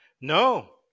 No